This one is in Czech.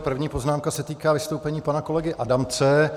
První poznámka se týká vystoupení pana kolegy Adamce.